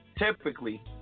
Typically